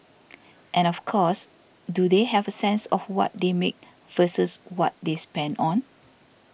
and of course do they have a sense of what they make versus what they spend on